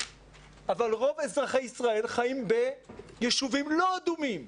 אבל רוב אזרחי ישראל חיים ביישובים לא אדומים.